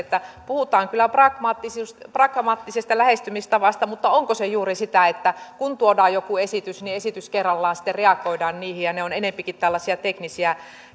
puhutaan kyllä pragmaattisesta pragmaattisesta lähestymistavasta mutta onko se juuri sitä että kun tuodaan joku esitys niin esitys kerrallaan sitten reagoidaan niihin ja ne ovat enempikin tällaisia teknisiä